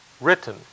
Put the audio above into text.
written